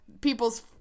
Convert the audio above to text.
people's